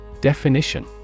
Definition